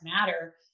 Matter